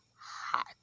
hot